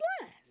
lines